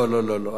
לא, לא, לא,